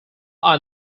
are